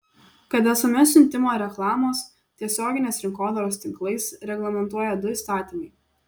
kad sms siuntimą reklamos tiesioginės rinkodaros tinklais reglamentuoja du įstatymai